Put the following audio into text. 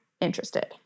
interested